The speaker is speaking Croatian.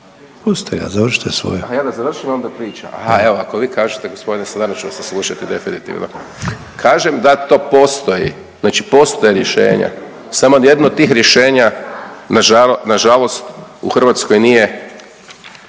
Dončić, Siniša (SDP)** Ja da završim, a on da priča. A evo ako vi kažete g. Sanader onda ću vas saslušati definitivno. Kažem da to postoji, znači postoje rješenja samo jedno od tih rješenja nažalost u Hrvatskoj nije